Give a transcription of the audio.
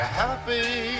happy